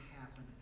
happen